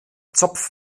zopf